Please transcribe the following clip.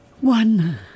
One